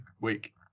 week